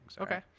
Okay